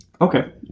Okay